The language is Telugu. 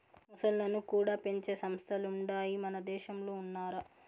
మొసల్లను కూడా పెంచే సంస్థలుండాయి మనదేశంలో విన్నారా